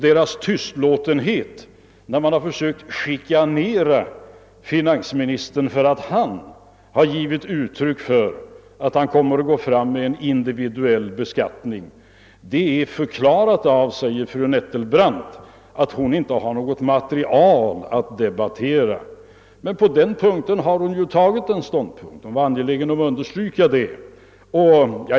Dess tystlåtenhet när man försökt chikanera finansministern för att han uttalat att han kommer att gå fram med en individuell beskattning förklaras av, säger fru Nettelbrandt, att det inte finns något material att debattera. Men i det avseendet har hon ju tagit en ståndpunkt och var angelägen att understryka det.